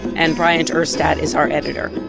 and bryant urstadt is our editor.